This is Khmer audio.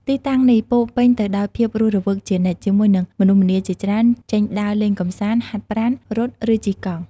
ទីតាំងនេះពោរពេញទៅដោយភាពរស់រវើកជានិច្ច ជាមួយនឹងមនុស្សម្នាជាច្រើនចេញដើរលេងកម្សាន្ត ហាត់ប្រាណ រត់ ឬជិះកង់។